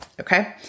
Okay